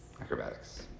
Acrobatics